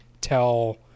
tell